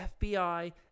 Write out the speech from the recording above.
FBI